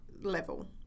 level